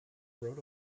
road